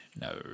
No